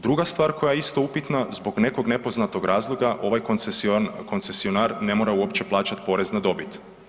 Druga stvar koja je isto upitna zbog nepoznatog razloga ovaj koncesionar ne mora uopće plaćati porez na dobit.